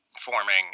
forming